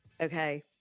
Okay